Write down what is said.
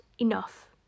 enough